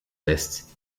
list